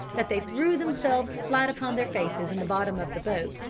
that they threw themselves flat upon their faces in the bottom of the boat,